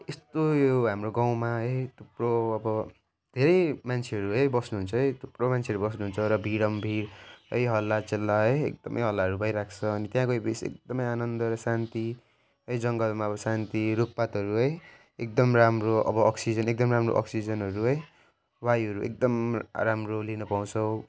यस्तो यो हाम्रो गाउँमा है थुप्रो अब धेरै मान्छेहरू है बस्नुहुन्छ है थुप्रो मान्छेहरू बस्नुहुन्छ र भिडम्भिड है हल्लाचल्ला है एकदमै हल्लाहरू भइरहेको छ अनि त्यहाँ गएपछि आनन्द र शान्ति है जङ्गलमा अब शान्ति रुखपातहरू है एकदम राम्रो अब अक्सिजन एकदम राम्रो अक्सिजनहरू है वायुहरू एकदम राम्रो लिन पाउँछौँ